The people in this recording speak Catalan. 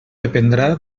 dependrà